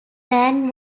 mann